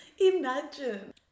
Imagine